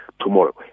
tomorrow